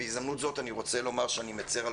בהזדמנות זאת אני רוצה לומר שאני מצר על